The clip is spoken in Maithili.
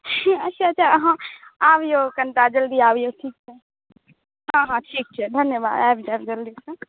ठीक अच्छा अच्छा अहाँ आबियौ कनिटा जल्दी आबियौ ठीक छै हँ हँ ठीक छै धन्यवाद आबि जायब जल्दीसँ